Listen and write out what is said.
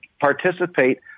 participate